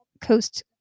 Coast